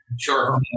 Sure